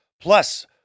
Plus